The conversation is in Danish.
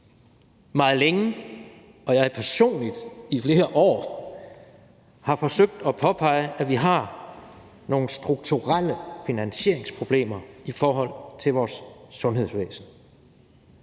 meget længe, og jeg personligt, i flere år har forsøgt at påpege, at vi har nogle strukturelle finansieringsproblemer i forhold til vores sundhedsvæsen.